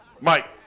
Mike